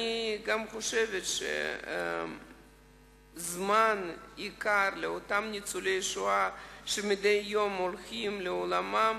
אני גם חושבת שזה זמן יקר לאותם ניצולי השואה שמדי יום הולכים לעולמם.